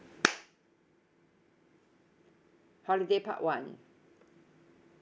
holiday part one